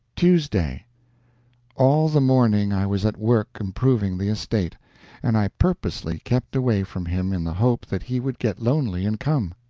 tuesday all the morning i was at work improving the estate and i purposely kept away from him in the hope that he would get lonely and come.